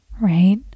right